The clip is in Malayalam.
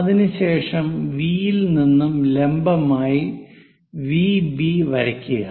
അതിനുശേഷം V ൽ നിന്നും ലംബമായ VB വരയ്ക്കുക